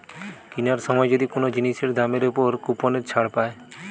কিনার সময় যদি কোন জিনিসের দামের উপর কুপনের ছাড় পায়